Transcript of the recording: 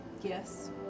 Yes